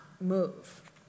move